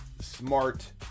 smart